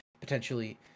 potentially